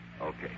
Okay